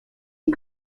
die